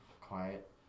quiet